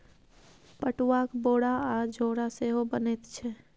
पटुआक बोरा आ झोरा सेहो बनैत छै